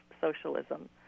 socialism